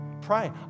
Pray